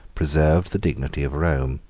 preserved the dignity of rome.